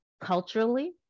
culturally